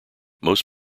most